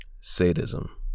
sadism